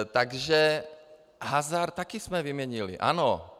Takže hazard taky jsme vyměnili, ano.